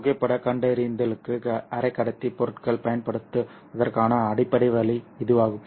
புகைப்படக் கண்டறிதலுக்கு அரைக்கடத்தி பொருட்கள் பயன்படுத்தப்படுவதற்கான அடிப்படை வழி இதுவாகும்